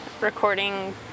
recording